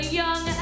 young